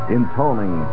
Intoning